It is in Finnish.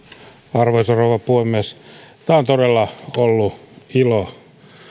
arvoisa rouva puhemies on todella ollut ilo